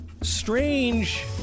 strange